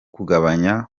kugabanya